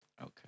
Okay